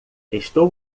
estou